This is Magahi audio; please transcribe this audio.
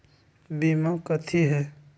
बीमा कथी है?